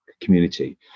community